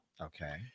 Okay